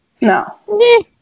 No